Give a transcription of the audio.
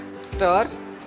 stir